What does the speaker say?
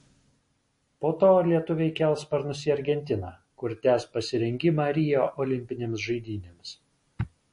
po to lietuviai kels sparnus į argentiną kur tęs pasirengimą rio olimpinėms žaidynėms